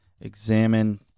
Examine